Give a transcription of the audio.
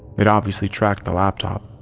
they'd obviously tracked the laptop.